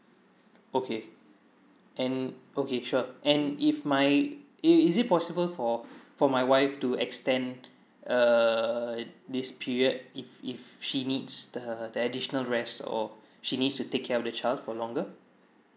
okay and okay sure and if my is is it possible for for my wife to extend err this period if if she needs the that additional rest or she needs to take care of the child for longer